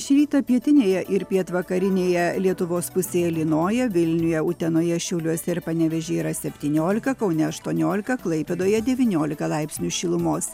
šį rytą pietinėje ir pietvakarinėje lietuvos pusėje lynoja vilniuje utenoje šiauliuose ir panevėžy yra septyniolika kaune aštuoniolika klaipėdoje devyniolika laipsnių šilumos